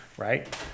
Right